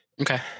okay